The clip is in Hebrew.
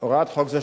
הוראת חוק זו,